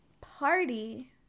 Party